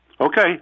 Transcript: Okay